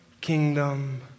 kingdom